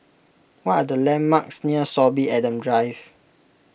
what are the landmarks near Sorby Adams Drive